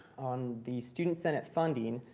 on the student senate funding,